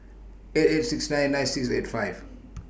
eight eight six nine nine six eight five